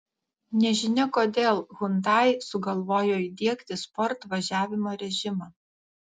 nežinia kodėl hyundai sugalvojo įdiegti sport važiavimo režimą